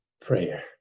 prayer